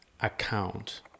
account